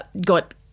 got –